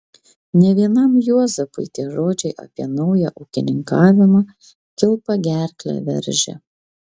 ne vienam juozapui tie žodžiai apie naują ūkininkavimą kilpa gerklę veržė